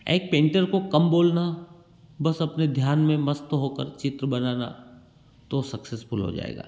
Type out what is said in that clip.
एक पेंटर को कम बोलना बस अपने ध्यान में मस्त होकर चित्र बनाना तो सक्सेसफुल हो जाएगा